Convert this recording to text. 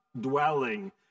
dwelling